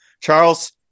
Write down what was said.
Charles